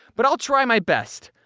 but i'll try my best.